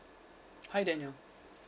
hi daniel